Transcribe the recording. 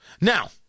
Now